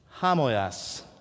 Hamoyas